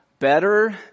better